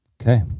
Okay